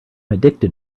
addicted